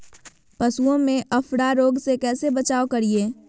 पशुओं में अफारा रोग से कैसे बचाव करिये?